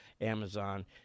Amazon